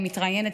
היא מתראיינת,